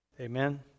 Amen